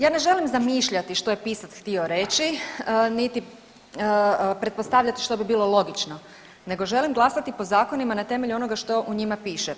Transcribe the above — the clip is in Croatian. Ja ne želim zamišljati što je pisac htio reći, niti pretpostavljat što bi bilo logično nego želim glasati po zakonima na temelju onoga što u njima piše.